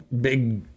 big